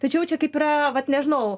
tačiau čia kaip yra vat nežinau